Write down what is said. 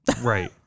Right